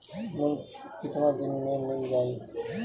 Loan कितना दिन में मिल जाई?